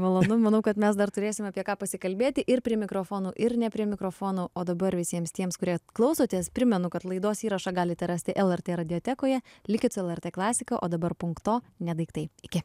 malonu manau kad mes dar turėsim apie ką pasikalbėti ir prie mikrofonų ir ne prie mikrofonų o dabar visiems tiems kurie klausotės primenu kad laidos įrašą galite rasti lrt radiotekoje likit su lrt klasika o dabar punkto ne daiktai iki